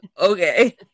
okay